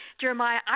Jeremiah